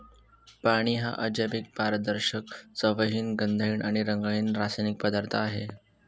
पाणी हा अजैविक, पारदर्शक, चवहीन, गंधहीन आणि रंगहीन रासायनिक पदार्थ आहे